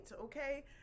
okay